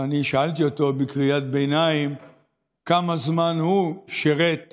ואני שאלתי אותו בקריאת ביניים כמה זמן הוא שירת